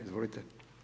Izvolite.